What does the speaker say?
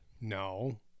No